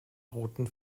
roten